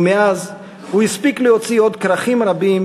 ומאז הוא הספיק להוציא עוד כרכים רבים